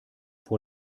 vor